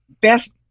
best